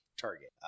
target